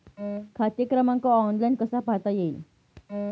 खाते क्रमांक ऑनलाइन कसा पाहता येईल?